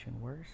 worse